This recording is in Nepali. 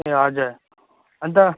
ए हजुर अन्त